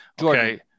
Okay